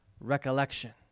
recollection